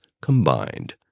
combined